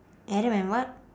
adam and what